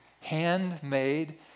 handmade